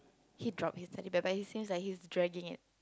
he dropped his Teddy Bear but he seems like he's dragging it